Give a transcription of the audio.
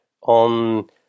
on